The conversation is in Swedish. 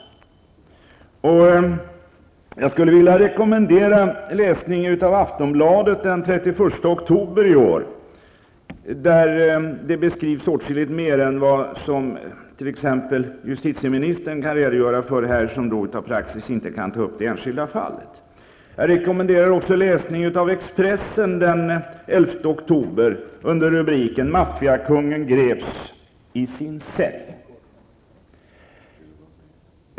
Jag skulle vilja rekommendera läsning av Aftonbladet den 31 oktober i år, där det beskrivs åtskilligt mer än vad justitieministern kan redogöra för här efter hon enligt praxis inte kan ta upp ett enskilt fall. Jag rekommenderar också läsning av ''Maffiakungen greps -- i sin cell''.